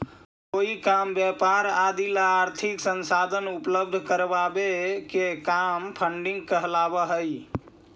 कोई काम व्यापार आदि ला आर्थिक संसाधन उपलब्ध करावे के काम फंडिंग कहलावऽ हई